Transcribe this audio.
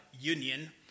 union